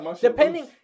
depending